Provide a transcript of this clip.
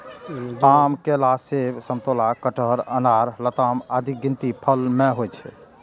आम, केला, सेब, समतोला, कटहर, अनार, लताम आदिक गिनती फल मे होइ छै